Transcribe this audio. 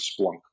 Splunk